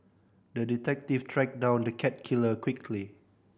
the detective tracked down the cat killer quickly